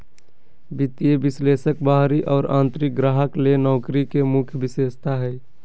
वित्तीय विश्लेषक बाहरी और आंतरिक ग्राहक ले नौकरी के मुख्य विशेषता हइ